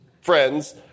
friends